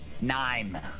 Nine